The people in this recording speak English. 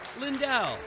Lindell